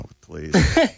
please